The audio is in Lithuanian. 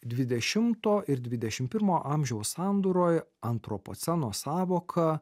dvidešimto ir dvidešim pirmo amžiaus sandūroj antropoceno sąvoka